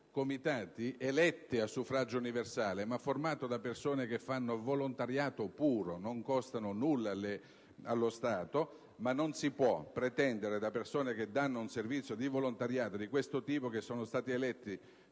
comitati eletti a suffragio universale, ma formati da persone che fanno volontariato puro e che non costano nulla allo Stato. Non si può pretendere da persone che danno un servizio di volontariato di questo tipo e che sono stati eletti